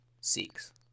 Six